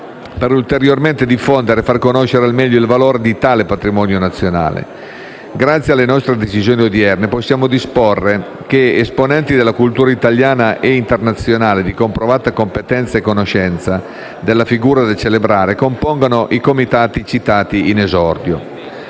ulteriormente e far conoscere al meglio il valore di tale patrimonio nazionale. Grazie alle nostre decisioni odierne possiamo disporre che esponenti della cultura italiana e internazionale di comprovata competenza e conoscenza della figura da celebrare compongano i comitati citati in esordio.